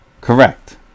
Correct